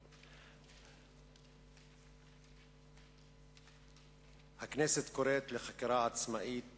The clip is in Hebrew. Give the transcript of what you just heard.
1. הכנסת קוראת לחקירה עצמאית